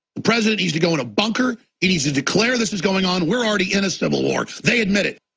the president needs to go into a bunker. he needs to declare this is going on. we are already in a civil war, they admitted